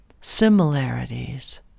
similarities